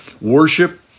Worship